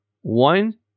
One